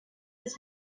his